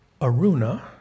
Aruna